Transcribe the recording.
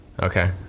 okay